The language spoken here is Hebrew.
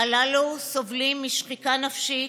הללו סובלים משחיקה נפשית,